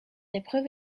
épreuve